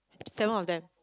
seven of them